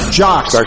jocks